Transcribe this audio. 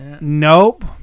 Nope